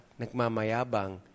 nagmamayabang